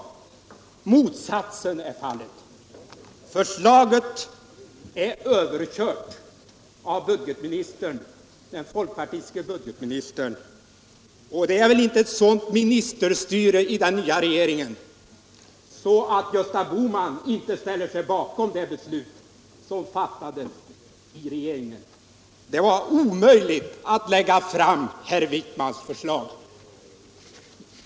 Motsatsen är fallet. Förslaget är överkört av den folkpartistiske budgetministern, och det är väl inte ett sådant ministerstyre i den nya regeringen att inte Gösta Bohman ställer sig bakom det beslut som fattats i regeringen. Det var omöjligt att lägga fram herr Wijkmans förslag.